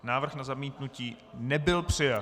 Návrh na zamítnutí nebyl přijat.